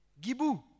Gibu